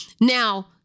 now